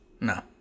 No